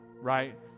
right